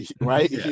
right